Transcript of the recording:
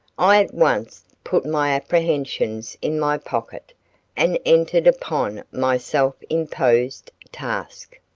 i at once put my apprehensions in my pocket and entered upon my self imposed task.